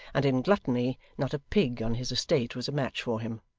and in gluttony not a pig on his estate was a match for him.